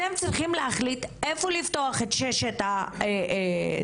אתם צריכים להחליט איפה לפתוח את ששת הלשכות.